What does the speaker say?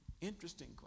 Interesting